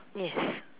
yes